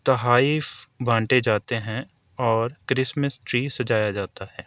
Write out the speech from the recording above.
تحائف بانٹے جاتے ہیں اور کرسمس ٹری سجایا جاتا ہے